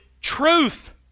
truth